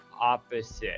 opposite